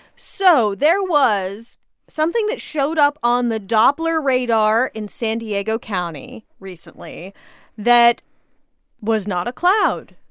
so there was something that showed up on the doppler radar in san diego county recently that was not a cloud.